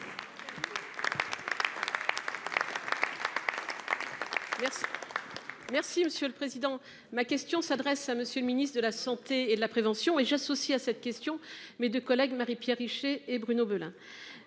Merci monsieur le président, ma question s'adresse à monsieur le ministre de la Santé et de la prévention et j'associe à cette question mais 2 collègues Marie-Pierre Richer et Bruno Belin.